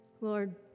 Lord